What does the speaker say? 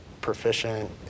proficient